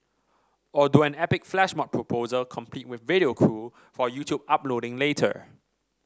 or do an epic flash mob proposal complete with video crew for YouTube uploading later